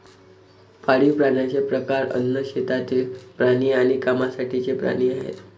पाळीव प्राण्यांचे प्रकार अन्न, शेतातील प्राणी आणि कामासाठीचे प्राणी आहेत